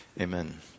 amen